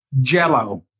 Jell-O